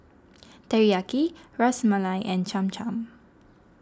Teriyaki Ras Malai and Cham Cham